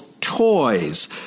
toys